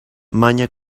manya